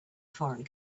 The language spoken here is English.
foreign